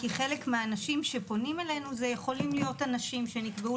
כי חלק מהאנשים שפונים אלינו יכולים להיות אנשים שנקבעו